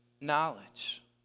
knowledge